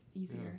easier